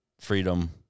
freedom